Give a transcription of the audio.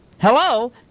Hello